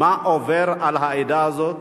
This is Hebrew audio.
מה עובר על העדה הזאת.